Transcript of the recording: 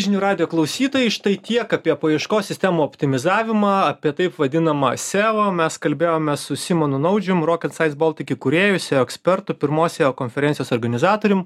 žinių radijo klausytojai štai tiek apie paieškos sistemų optimizavimą apie taip vadinamą seo mes kalbėjomės su simonu naudžium rockets sciences baltic įkūrėju seo ekspertu pirmos seo konferencijos organizatorium